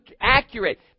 accurate